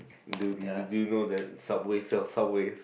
do do you know that subway sells subways